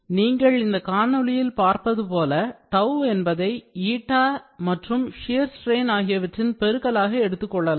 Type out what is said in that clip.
நீங்கள் இந்த காணொளியில் பார்ப்பதுபோல tau என்பதை eta மற்றும் shear strain ஆகியவற்றின் பெருக்கலாக எடுத்துக் கொள்ளலாம்